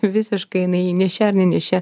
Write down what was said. visiškai jinai nėščia ar ne nėščia